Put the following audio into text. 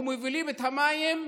ומובילים את המים במכליות.